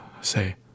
say